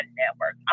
network